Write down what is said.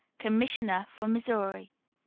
commissioner for missouri.